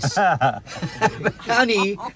Honey